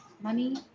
money